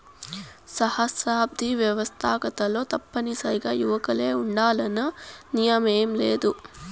సహస్రాబ్ది వ్యవస్తాకతలో తప్పనిసరిగా యువకులే ఉండాలన్న నియమేమీలేదు